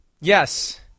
yes